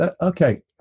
Okay